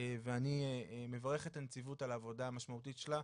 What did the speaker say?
אני מברך את הנציבות על העבודה המשמעותית שלה,